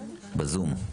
בזום,